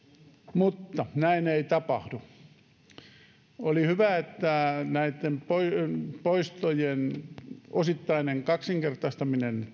mutta näin ei tapahdu on hyvä että näitten poistojen osittainen kaksinkertaistaminen